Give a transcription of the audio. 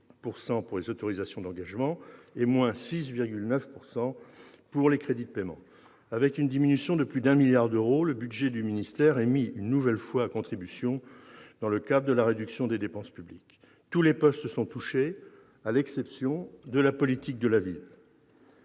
pour les autorisations d'engagement et 6,9 % pour les crédits de paiement. Avec une diminution de plus de 1 milliard d'euros, le budget du ministère est mis une nouvelle fois à contribution, dans le cadre de la réduction des dépenses publiques. Tous les postes sont touchés, à l'exception de la politique de la ville.